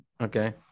Okay